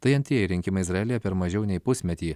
tai antrieji rinkimai izraelyje per mažiau nei pusmetį